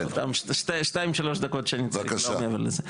אותם שתיים שלוש דקות שאני צריך לא מעבר לזה.